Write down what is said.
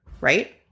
Right